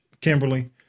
Kimberly